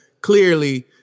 clearly